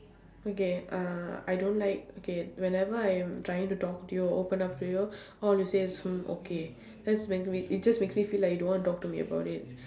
okay uh I don't like okay whenever I'm trying to talk to you or open up to you all you say is hmm okay that's make me it just make me feel like you don't want to talk to me about it